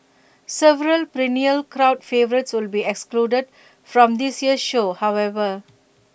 several perennial crowd favourites will be excluded from this year's show however